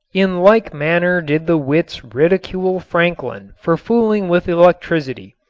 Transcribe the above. in like manner did the wits ridicule franklin for fooling with electricity,